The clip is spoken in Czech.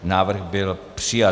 Návrh byl přijat.